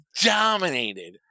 dominated